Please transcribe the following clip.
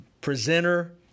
presenter